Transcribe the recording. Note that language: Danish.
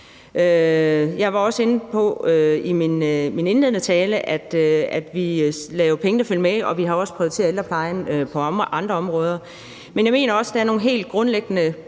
Jeg var i min indledende tale også inde på, at pengene skal følge med, og vi har også prioriteret ældreplejen på andre områder. Men jeg mener også, der er nogle helt grundlæggende